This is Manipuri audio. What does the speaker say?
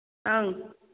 ꯑꯪ